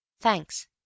Thanks